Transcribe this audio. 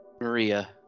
Maria